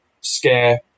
scare